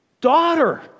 daughter